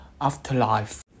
afterlife